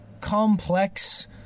complex